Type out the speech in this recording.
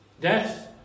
Death